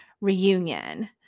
reunion